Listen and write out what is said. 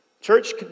Church